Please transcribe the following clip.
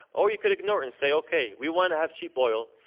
or you could ignore it and say, okay, we want to have cheap oil.